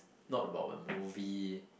not about a movie